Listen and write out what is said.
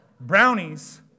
brownies